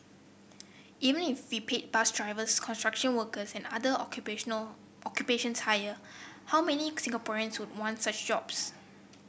even if we paid bus drivers construction workers and other occupational occupations higher how many Singaporeans would want such jobs